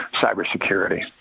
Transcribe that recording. cybersecurity